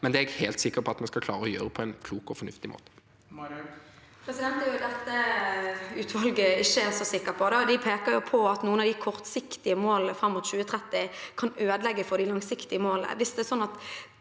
Det er jeg helt sikker på at vi skal klare å gjøre på en klok og fornuftig måte. Sofie Marhaug (R) Det er jo det utvalget ikke er så sikker på. De peker på at noen av de kortsiktige målene fram mot 2030 kan ødelegge for de langsiktige målene.